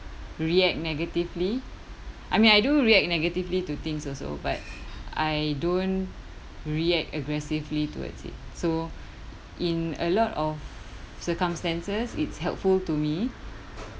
react negatively I mean I do react negatively to things also but I don't react aggressively towards it so in a lot of circumstances it's helpful to me